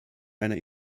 einer